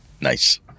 Nice